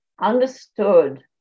understood